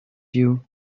you